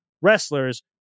wrestlers